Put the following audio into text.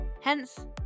Hence